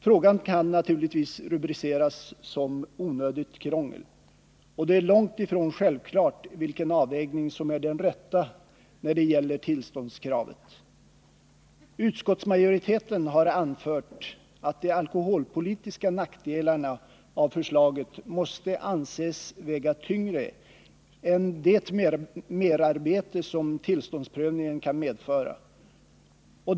Frågan kan naturligtvis rubriceras som ”onödigt krångel”, och det är långt ifrån självklart vilken avvägning som är den rätta när det gäller tillståndskravet. Utskottsmajoriteten har anfört att de alkoholpolitiska nackdelarna av förslaget måste anses väga tyngre än det merarbete som tillståndsprövningen kan medföra.